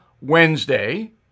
Wednesday